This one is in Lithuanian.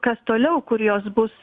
kas toliau kur jos bus